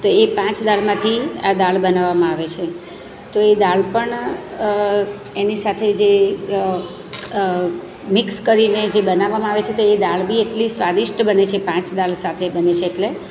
તો એ પાંચ દાળમાંથી આ દાળ બનાવામાં આવે છે તો એ દાલ પણ એની સાથે મિક્સ કરીને જે બનાવવામાં આવે છે તો એ દાળ બી એટલી સ્વાદિષ્ટ બને છે પાંચ દાળ સાથે બને છે એટલે